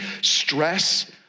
stress